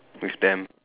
with them